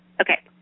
Okay